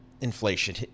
inflation